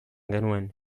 genuen